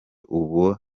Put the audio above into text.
uba